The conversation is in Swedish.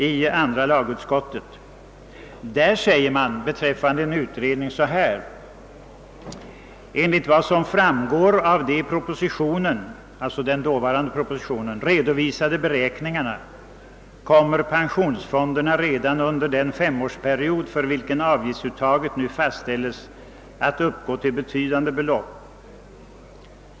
Då skrev utskottet på följande sätt om den utredning som då var aktuell: »Enligt vad som framgår av de i propositionen» — alltså den dåvarande propositionen — »redovisade beräkningarna kommer pensionsfonderna redan under den femårsperiod för vilken avgiftsuttaget nu fastställes att uppgå till betydande belopp.